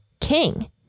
king